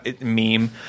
meme